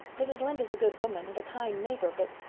mrs. lynde is a good woman and a kind neighbor, but.